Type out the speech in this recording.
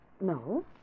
No